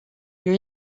lieu